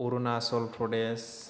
Arunachal Pradesh